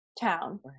town